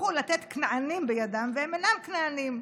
הוא לתת כנענים בידם והם אינם כנענים.